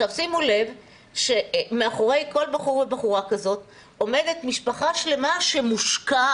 שימו לב שמאחורי כל בחור ובחורה כזאת עומדת משפחה שלמה שמושקעת